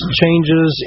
changes